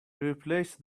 replace